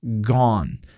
gone